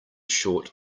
short